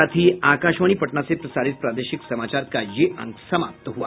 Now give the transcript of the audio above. इसके साथ ही आकाशवाणी पटना से प्रसारित प्रादेशिक समाचार का ये अंक समाप्त हुआ